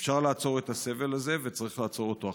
אפשר לעצור את הסבל הזה וצריך לעצור אותו עכשיו.